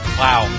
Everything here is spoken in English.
wow